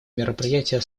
мероприятие